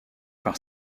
par